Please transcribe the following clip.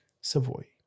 Savoy